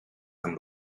some